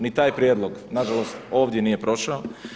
Ni taj prijedlog nažalost ovdje nije prošao.